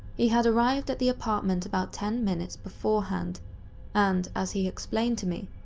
he had arrived at the apartment about ten minutes beforehand and, as he explained to me,